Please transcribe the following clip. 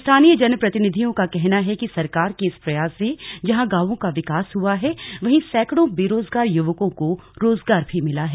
स्थानीय जनप्रतिनिधियों का कहना है कि सरकार के इस प्रयास से जहां गांवों का विकास हुआ है वहीं सैकड़ों बेरोजगार युवकों को रोजगार भी मिला है